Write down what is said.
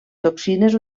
toxines